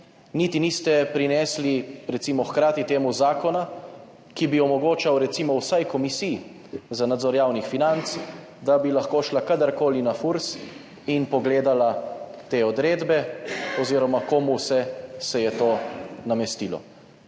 niti niste hkrati prinesli recimo zakona, ki bi omogočal vsaj Komisiji za nadzor javnih financ, da bi lahko šla kadarkoli na Furs in pogledala te odredbe oziroma komu vse se je to namestilo.